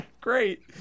Great